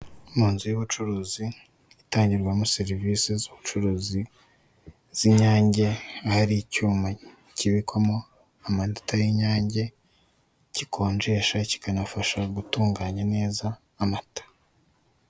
Mu nzu y'ubucuruzi itangirwamo serivise z'ubucuruzi z'inyange ahari icyuma kibikwamo amata y'inyange gikonjesha kikanafasha gutunganya neza amata.